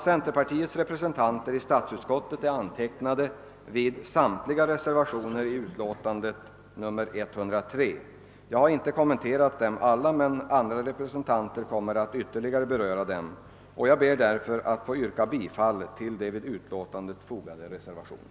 Centerpartiets representanter i statsutskottet är antecknade vid samtliga reservationer till dess utlåtande nr 103. Jag har inte kommenterat dem alla, men andra talare kommer att ytterligare beröra dem. Jag ber därför att få yrka bifall till de vid detta utlåtande fogade reservationerna.